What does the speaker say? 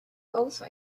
also